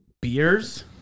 Beers